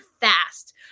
fast